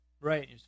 right